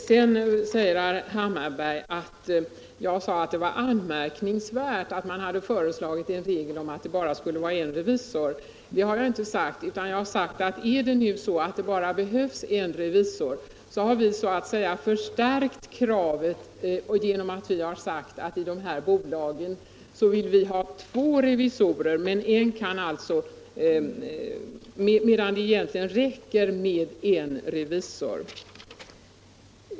Herr Hammarberg anför att jag sade att det var anmärkningsvärt att man hade föreslagit en regel om att det bara skulle vara en revisor. Det har jag inte sagt, utan jag har sagt att om det nu är så att det bara behövs en revisor, så har vi så att säga förstärkt kravet genom att säga att vi i dessa bolag vill ha två revisorer, medan det egentligen räcker med en revisor.